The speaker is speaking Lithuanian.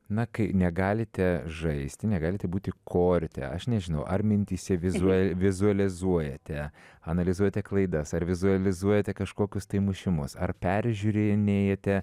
na kai negalite žaisti negalite būti korte aš nežinau ar mintyse vizu vizualizuojate analizuojate klaidas ar vizualizuojate kažkokius tai mušimus ar peržiūrinėjate